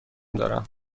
دارم